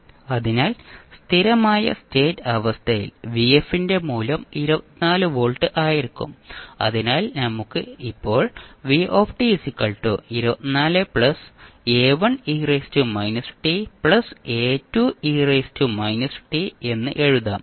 അതിനാൽ സ്ഥിരമായ സ്റ്റേറ്റ് അവസ്ഥയിൽ ന്റെ മൂല്യം 24 വോൾട്ട് ആയിരിക്കും അതിനാൽ നമുക്ക് ഇപ്പോൾ എന്ന് എഴുതാം